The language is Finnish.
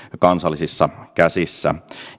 kansallisissa käsissä